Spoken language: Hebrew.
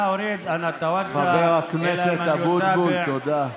חבר הכנסת אבוטבול, תודה.